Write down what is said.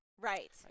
Right